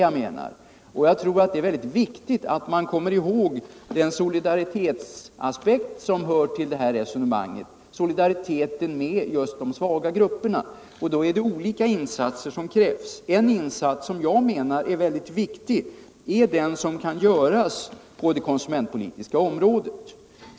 Jag tror att det är väldigt viktigt att komma ihåg den solidaritetsaspekt som hör till det här resonemanget — det gäller solidariteten med de svaga grupperna. Härför krävs olika insatser. En insats som jag anser vara mycket viktig är den som kan göras på det konsumentpolitiska området.